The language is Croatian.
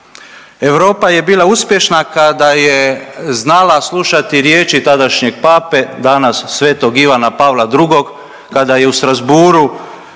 Europa je bila uspješna kada je znala slušati riječi tadašnjeg Pape, danas sv. Ivana Pavla drugog kada je u Strasbourgu